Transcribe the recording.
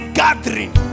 gathering